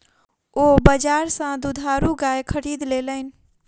ओ बजार सा दुधारू गाय खरीद लेलैन